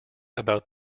about